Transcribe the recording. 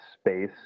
space